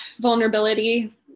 vulnerability